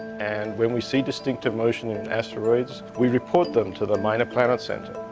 and when we see distinctive motion in asteroids, we report them to the minor planet center.